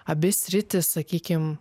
abi sritys sakykim